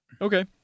Okay